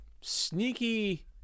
sneaky